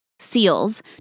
SEALs